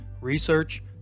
research